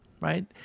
right